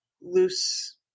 loose